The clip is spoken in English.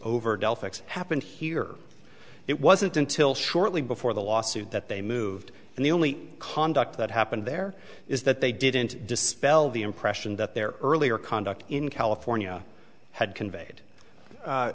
delphic happened here it wasn't until shortly before the lawsuit that they moved and the only conduct that happened there is that they didn't dispel the impression that their earlier conduct in california had conveyed